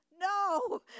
No